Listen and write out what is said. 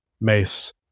Mace